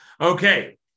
Okay